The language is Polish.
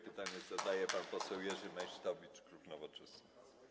Pytanie zadaje pan poseł Jerzy Meysztowicz, klub Nowoczesna.